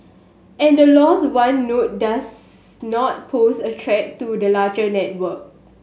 and loss of one node does not pose a threat to the larger network